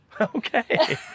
Okay